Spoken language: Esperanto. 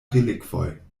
relikvoj